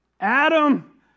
Adam